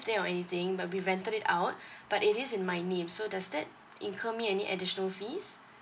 there or anything but we rented it out but it is in my name so does that incur me any additional fees